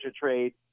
trade